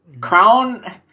Crown